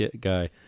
guy